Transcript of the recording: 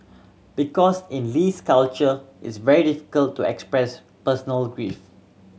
because in Lee's culture is very difficult to express personal grief